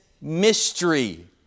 mystery